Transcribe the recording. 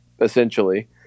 essentially